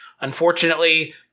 unfortunately